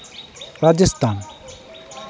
Rajasthan